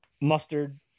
mustard